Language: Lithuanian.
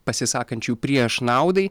pasisakančių prieš naudai